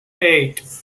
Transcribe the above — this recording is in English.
eight